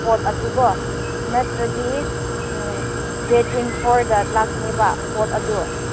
ꯄꯣꯠ ꯑꯗꯨꯀꯣ ꯅꯠꯇ꯭ꯔꯗꯤ ꯗꯦꯠ ꯇ꯭ꯋꯦꯟꯇꯤ ꯐꯣꯔꯗ ꯂꯥꯛꯀꯅꯤꯕ ꯄꯣꯠ ꯑꯗꯨ